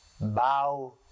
bow